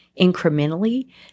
incrementally